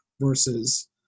versus